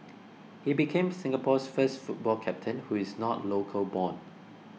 he became Singapore's first football captain who is not local born